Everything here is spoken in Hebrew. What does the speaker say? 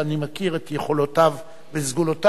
ואני מכיר את יכולותיו וסגולותיו,